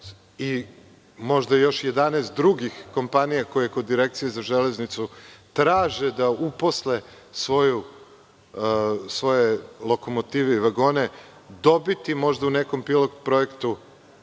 i možda još 11 drugih kompanija koje Direkcije za železnicu traže da uposle svoje lokomotive i vagone, dobiti možda u nekom pilot projektu